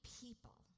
people